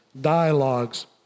dialogues